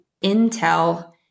intel